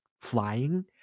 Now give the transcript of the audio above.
flying